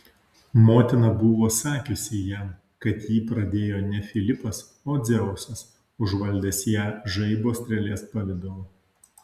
motina buvo sakiusi jam kad jį pradėjo ne filipas o dzeusas užvaldęs ją žaibo strėlės pavidalu